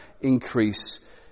increase